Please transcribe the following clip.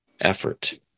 effort